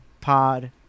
pod